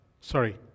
sorry